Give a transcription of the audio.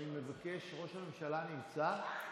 אני מבקש, ראש הממשלה נמצא?